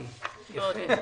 יפה.